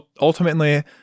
ultimately